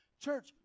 Church